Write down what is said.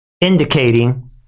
indicating